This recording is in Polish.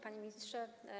Panie Ministrze!